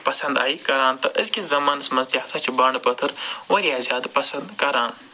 پسنٛد آیہِ کَران تہٕ أزۍکِس زمانَس منٛز تہِ ہَسا چھِ بانٛڈٕ پٲتھٕر وارِیاہ زیادٕ پسنٛد کَران